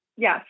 Yes